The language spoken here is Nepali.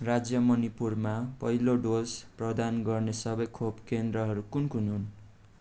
राज्य मणिपुरमा पहिलो डोज प्रदान गर्ने सबै खोप केन्द्रहरू कुन कुन हुन्